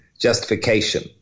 justification